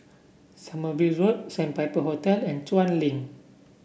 Sommerville Road Sandpiper Hotel and Chuan Link